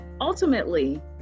Ultimately